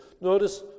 Notice